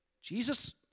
Jesus